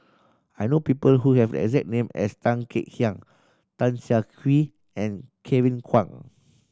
I know people who have exact name as Tan Kek Hiang Tan Siah Kwee and Kevin Kwan